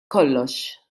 kollox